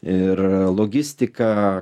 ir logistiką